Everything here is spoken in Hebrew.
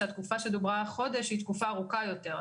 שהתקופה שדוברה החודש היא תקופה ארוכה יותר.